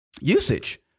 usage